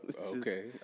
Okay